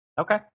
okay